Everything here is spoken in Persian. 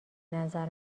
نظر